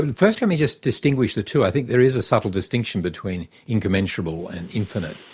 and first let me just distinguish the two. i think there is a subtle distinction between incommensurable and infinite.